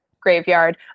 graveyard